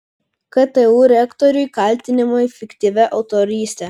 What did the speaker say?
ktu rektoriui kaltinimai fiktyvia autoryste